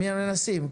אנחנו מנסים.